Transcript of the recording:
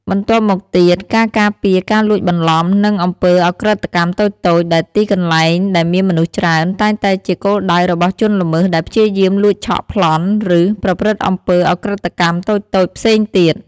បន្ទាប់មកទៀតការការពារការលួចបន្លំ និងអំពើឧក្រិដ្ឋកម្មតូចៗ ដែលទីកន្លែងដែលមានមនុស្សច្រើនតែងតែជាគោលដៅរបស់ជនល្មើសដែលព្យាយាមលួចឆក់ ប្លន់ ឬប្រព្រឹត្តអំពើឧក្រិដ្ឋកម្មតូចៗផ្សេងទៀត។